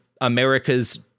America's